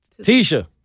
Tisha